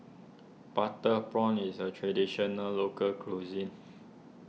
Butter Prawns is a Traditional Local Cuisine